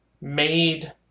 made